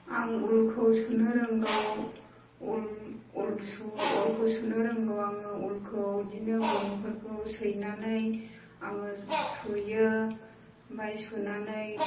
आं उलखौ सुनो रोंगौ उलखौ सुनो रोंगौ आङो उलखौ बिदिनो गनफोरखौ सैनानै आङो सुयो ओमफाय सुनानै